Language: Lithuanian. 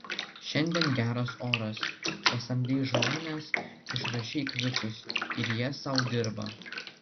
šiandien geras oras pasamdei žmones išrašei kvitus ir jie sau dirba